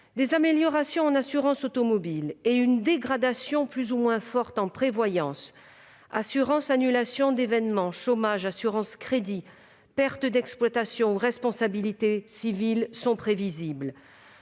des améliorations en assurance automobile et une dégradation plus ou moins forte en prévoyance, assurance annulation d'événements, chômage, assurance crédit, pertes d'exploitation ou responsabilité civile sont prévisibles